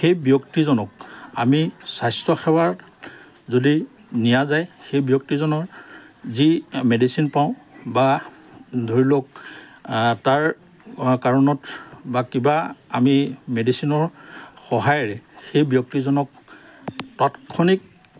সেই ব্যক্তিজনক আমি স্বাস্থ্যসেৱাত যদি নিয়া যায় সেই ব্যক্তিজনৰ যি মেডিচিন পাওঁ বা ধৰি লওক তাৰ কাৰণত বা কিবা আমি মেডিচিনৰ সহায়েৰে সেই ব্যক্তিজনক তাৎক্ষণিক